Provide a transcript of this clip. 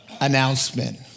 announcement